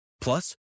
Plus